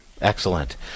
Excellent